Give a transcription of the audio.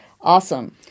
Awesome